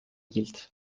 gilt